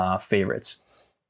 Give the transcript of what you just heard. favorites